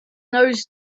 those